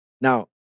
Now